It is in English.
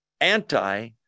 anti